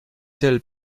tel